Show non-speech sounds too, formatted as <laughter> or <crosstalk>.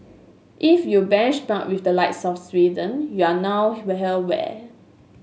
if you benchmark with the likes of Sweden we're now <unintelligible>